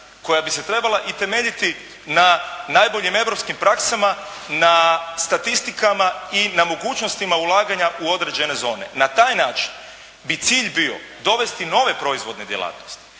koja bi se trebala i temeljiti na najboljim europskim praksama, na statistikama i na mogućnostima ulaganja u određene zone. Na taj način bi cilj bio dovesti nove proizvodne djelatnosti,